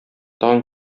тагын